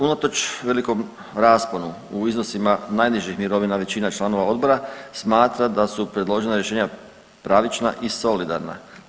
Unatoč velikom rasponu u iznosima najnižih mirovina većina članova odbora smatra da su predložena rješenja pravična i solidarna.